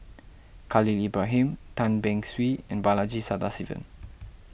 Khalil Ibrahim Tan Beng Swee and Balaji Sadasivan